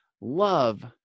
Love